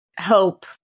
hope